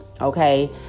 okay